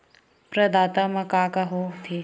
प्रदाता मा का का हो थे?